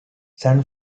san